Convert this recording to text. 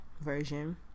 Version